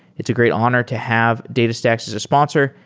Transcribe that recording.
it's a great honor to have datastax as a sponsor,